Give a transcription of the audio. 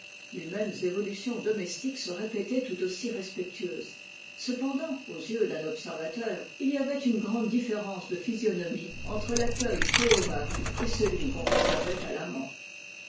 les mêmes évolutions domestiques se répétaient tout aussi respectueuses cependant aux yeux d'un observateur il y avait une grande différence de physionomie entre l'accueil fait au mari et celui qu'on réservait à l'amant